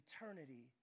eternity